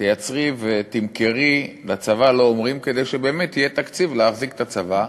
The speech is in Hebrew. תייצרי ותמכרי כדי שיהיה תקציב להחזיק את הצבא,